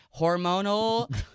hormonal